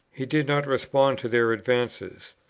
he did not respond to their advances.